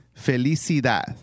Felicidad